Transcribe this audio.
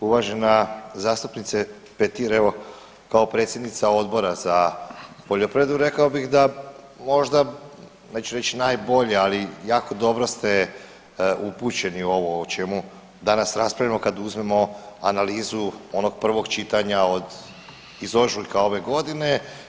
Uvažena zastupnice Petir, evo kao predsjednica Odbora za poljoprivredu rekao bih da možda neću reći najbolja ali jako dobro ste upućeni u ovo o čemu danas raspravljamo kada uzmemo analizu onog prvog čitanja od iz ožujka ove godine.